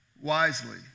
wisely